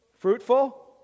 Fruitful